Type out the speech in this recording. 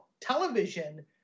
television